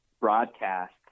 broadcast